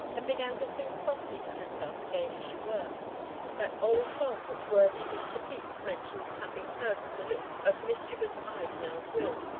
and began to sing softly to herself again as she worked that old song which worthy mr. pepys mentions having heard from the lips of mischievous-eyed nell gwynn